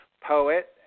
poet